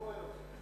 לא רואה אותו.